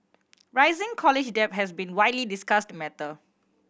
rising college debt has been widely discussed matter